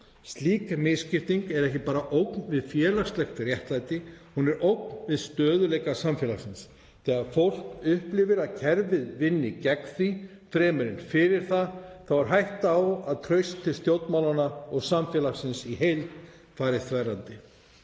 Slík misskipting er ekki bara ógn við félagslegt réttlæti, hún er ógn við stöðugleika samfélagsins. Þegar fólk upplifir að kerfið vinni gegn því fremur en fyrir það er hætta á að traust til stjórnmálanna og samfélagsins í heild fari þverrandi.